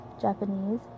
Japanese